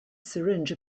syringe